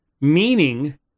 meaning